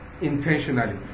intentionally